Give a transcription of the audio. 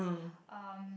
um